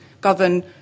govern